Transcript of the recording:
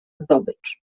zdobycz